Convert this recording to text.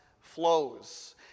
flows